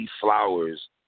flowers